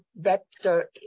vector